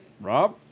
Rob